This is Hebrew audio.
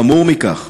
חמור מכך,